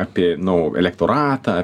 apie nu elektoratą